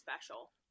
special